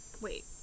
wait